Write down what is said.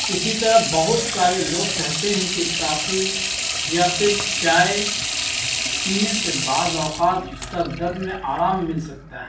اسی طرح بہت سارے لوگ کہتے ہیں کہ کافی یا پھر چائے پینے سے بعض اوقات سر درد میں آرام مل سکتا ہے